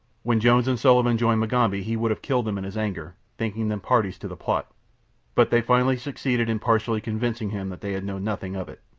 when jones and sullivan joined mugambi he would have killed them in his anger, thinking them parties to the plot but they finally succeeded in partially convincing him that they had known nothing of it.